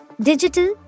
Digital